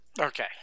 Okay